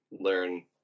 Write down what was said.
learn